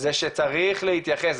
זה שצריך להתייחס,